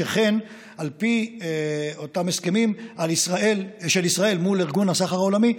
שכן על פי אותם הסכמים של ישראל מול ארגון הסחר העולמי,